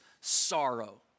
sorrow